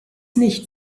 nicht